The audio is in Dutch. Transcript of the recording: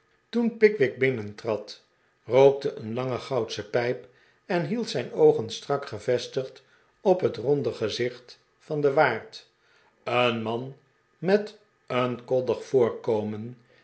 toen pickwick binnentrad rookte een lange goudsche pijp en hield zijn oogen strak gevestigd op het ronde gezicht van den waard een man met een koddig voorkomen